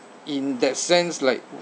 in that sense like